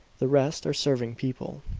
the rest are serving people.